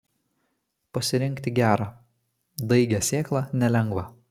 pasirinkti gerą daigią sėklą nelengva